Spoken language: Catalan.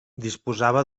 disposava